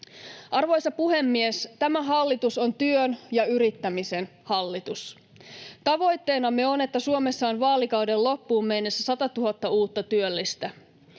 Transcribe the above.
Arvoisa puhemies! Tämä hallitus on työn ja yrittämisen hallitus. Tavoitteenamme on, että Suomessa on vaalikauden loppuun mennessä 100 000 uutta työllistä.